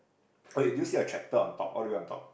oh wait do you see a tractor on top all the way on top